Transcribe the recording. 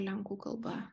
lenkų kalba